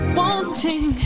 wanting